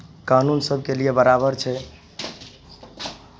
कानून सभके लिए बराबर छै